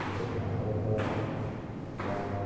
বহুত আগৰ পৰা আমাৰ